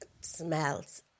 smells